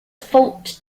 fault